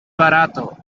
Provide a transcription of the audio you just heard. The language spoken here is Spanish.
barato